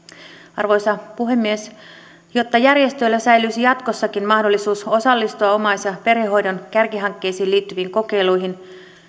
arvoisa puhemies jotta järjestöillä säilyisi jatkossakin mahdollisuus osallistua omais ja perhehoidon kärkihankkeisiin liittyviin kokeiluihin